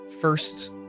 first